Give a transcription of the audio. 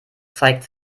zeigt